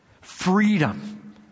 freedom